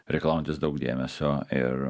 reikalaujantis daug dėmesio ir